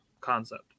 concept